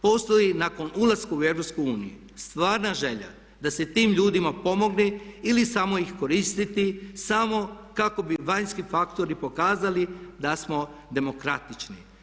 Postoji nakon ulaska u EU stvarna želja da se tim ljudima pomogne ili samo ih koristiti, samo kako bi vanjski faktori pokazali da smo demokratični.